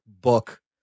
book